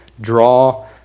draw